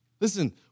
Listen